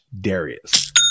Darius